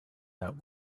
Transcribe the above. that